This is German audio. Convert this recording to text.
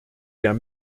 der